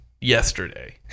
yesterday